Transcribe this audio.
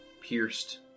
pierced